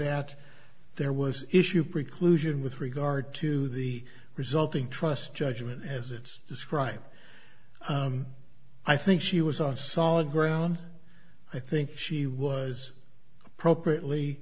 that there was issue preclusion with regard to the resulting trust judgment as it's described i think she was on solid ground i think she was appropriately